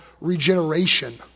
regeneration